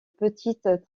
petites